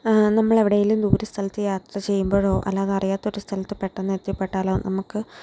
നമ്മൾ എവിടെയെങ്കിലും ദൂരസ്ഥലത്ത് യാത്ര ചെയ്യുമ്പോഴോ അല്ലാതെ അറിയാത്തൊരു സ്ഥലത്ത് പെട്ടന്ന് എത്തിപ്പെട്ടാലോ നമുക്ക്